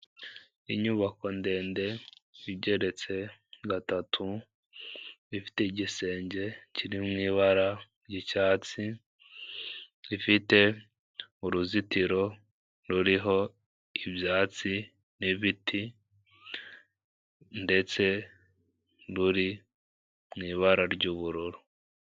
Inyubako ndende igeretse gatatu, ifite igisenge kiri mu ibara ry'icyatsi, ifite uruzitiro ruriho ibyatsi n'ibiti ndetse ruri mu ibara ry'ubururu.